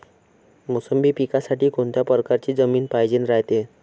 मोसंबी पिकासाठी कोनत्या परकारची जमीन पायजेन रायते?